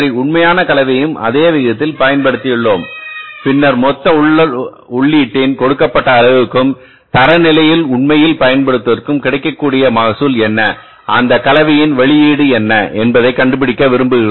உண்மையான கலவையையும் அதே விகிதத்தில் பயன்படுத்தியுள்ளோம் பின்னர்மொத்த உள்ளீட்டின் கொடுக்கப்பட்ட அலகுக்கும் தரநிலையின்உண்மையில் பயன்படுத்தப்படுவதற்கும் கிடைக்கக்கூடிய மகசூல் என்ன அந்த கலவையின் வெளியீடு என்ன என்பதைக் கண்டுபிடிக்க விரும்புகிறோம்